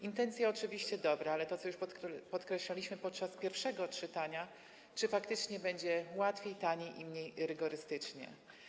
Intencje oczywiście dobre, ale podkreślaliśmy już podczas pierwszego czytania: czy faktycznie będzie łatwiej, taniej i mniej rygorystycznie.